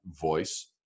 voice